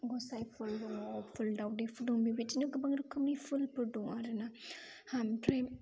गसाइ फुल दङ फुल दावदै फुल दं बेबायदिनो गोबां रोखोमनि फुलफोर दं आरोना ओमफ्राय